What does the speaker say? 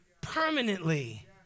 Permanently